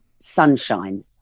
sunshine